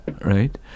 right